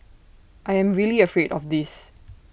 I am really afraid of this